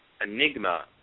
Enigma